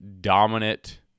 dominant